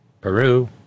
Peru